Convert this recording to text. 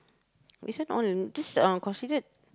this one all this uh considered